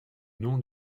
non